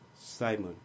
Simon